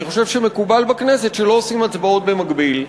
אני חושב שמקובל בכנסת שלא עושים הצבעות במקביל.